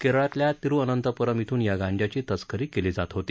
केरळातल्या तिरुअनंतप्रम इथून या गांज्याची तस्करी केली जात होती